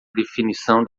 definição